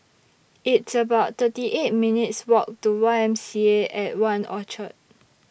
It's about thirty eight minutes' Walk to Y M C A At one Orchard